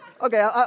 okay